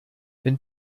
wenn